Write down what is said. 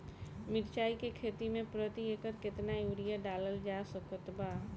मिरचाई के खेती मे प्रति एकड़ केतना यूरिया डालल जा सकत बा?